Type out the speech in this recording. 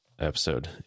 episode